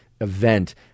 event